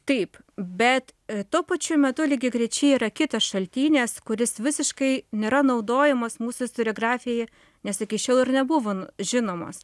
taip bet tuo pačiu metu lygiagrečiai yra kitas šaltinis kuris visiškai nėra naudojamas mūsų istoriografijoj nes iki šiol ir nebuvo žinomas